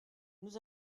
nous